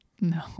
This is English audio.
No